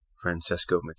Francesco